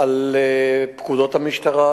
על פקודות המשטרה,